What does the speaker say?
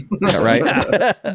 right